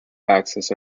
axis